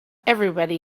everybody